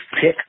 pick